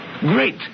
Great